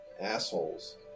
assholes